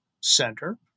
Center